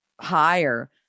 higher